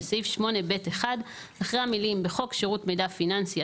בסעיף 8(ב)(1) אחרי המילים "בחוק שירות מידע פיננסי,